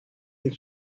est